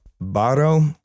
Baro